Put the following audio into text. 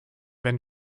wenn